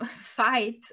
fight